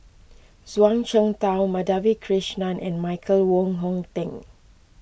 Zhuang Shengtao Madhavi Krishnan and Michael Wong Hong Teng